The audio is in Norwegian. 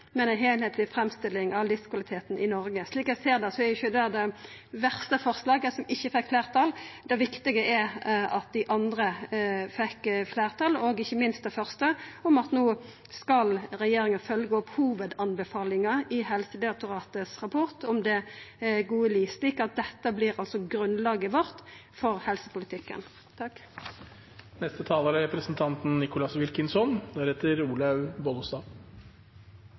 ein eigen nettstad med ei heilskapleg framstilling av livskvaliteten i Noreg. Slik eg ser det, er ikkje det det verste som kunne skje, at det forslaget ikkje fekk fleirtal. Det viktige er at dei andre forslaga fekk fleirtal – ikkje minst det første, om å be regjeringa følgja opp hovudanbefalingane i Helsedirektoratets rapport Gode liv i Norge, slik at det vert grunnlaget vårt for helsepolitikken.